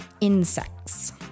insects